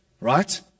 right